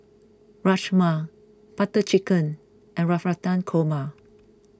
Rajma Butter Chicken and Navratan Korma